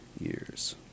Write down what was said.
years